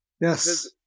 yes